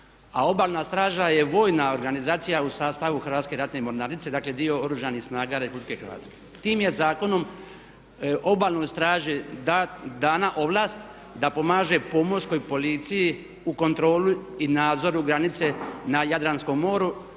a Obalna straža je vojna organizacija u sastavu Hrvatske ratne mornarice, dakle dio Oružanih snaga Republike Hrvatske. Tim je zakonom Obalnoj straži dana ovlast da pomaže pomorskoj policiji u kontroli i nadzoru granice na Jadranskom moru